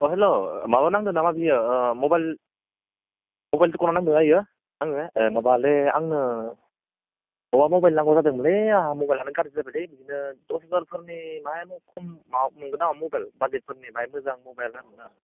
अ hello माबायाव नांदो नामा बेयो मबाइल दखानायाव नांदों ना बेयो माबालै आंनो माबा मबाइल नांगौ जादोंमोनलै आंहा मबाइलानो गाज्रि जाबाय लै बिदिनो दस हाजारफोरनि मा खम माबायाव मोनगोन नामा मबाइल बाजेटफोरनि बाहाय मोजां मबाइल आरोना